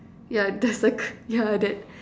yeah there's a yeah that